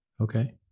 Okay